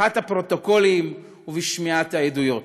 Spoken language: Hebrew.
בפתיחת הפרוטוקולים ובשמיעת העדויות,